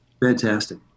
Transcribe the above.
Fantastic